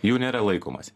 jų nėra laikomasi